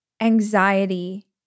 anxiety